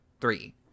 three